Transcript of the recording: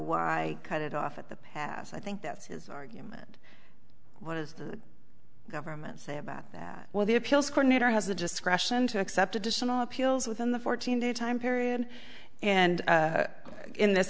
why cut it off at the pass i think that's his argument what does the government say about that while the appeals court neither has the discretion to accept additional appeals within the fourteen day time period and in this